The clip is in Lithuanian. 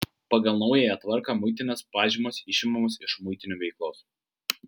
pagal naująją tvarką muitinės pažymos išimamos iš muitinių veiklos